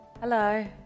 Hello